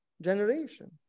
generation